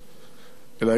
אלה היו פגישות ערכיות,